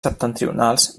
septentrionals